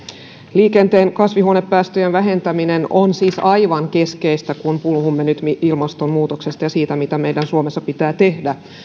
liikenteen kasvihuonepäästöjen vähentäminen on siis aivan keskeistä kun puhumme nyt ilmastonmuutoksesta ja siitä mitä meidän suomessa pitää tehdä